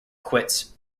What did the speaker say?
quits